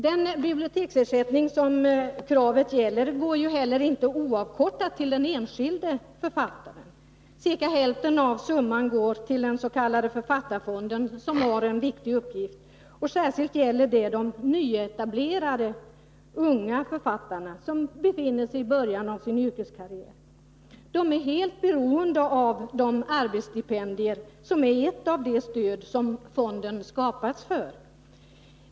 Den biblioteksersättning som kravet gäller går inte oavkortad till den enskilde författaren. Ca hälften av summan går till den s.k. författarfonden, som har en viktig uppgift särskilt för de nyetablerade unga författarna, som befinner sig i början av sin yrkeskarriär. De är helt beroende av de arbetsstipendier som är en av de stödformer för vilka fonden har inrättats.